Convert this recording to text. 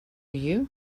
you